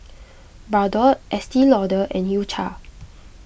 Bardot Estee Lauder and U Cha